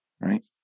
right